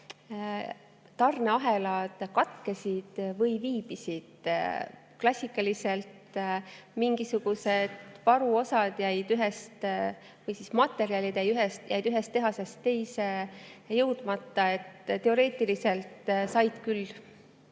tarneahelad katkesid või viibisid. Klassikaliselt mingisugused varuosad või materjalid jäid ühest tehasest teise jõudmata. Teoreetiliselt sai küll.